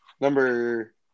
Number –